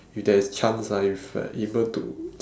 if there is chance ah if you're able to